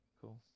cool